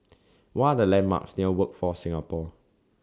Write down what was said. What Are The landmarks near Workforce Singapore